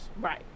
Right